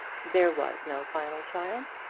there was no final triumph.